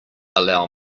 allow